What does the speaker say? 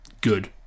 good